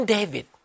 David